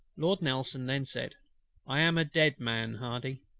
lord nelson then said i am a dead man, hardy.